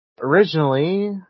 originally